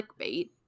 clickbait